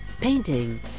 painting